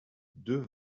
deux